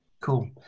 Cool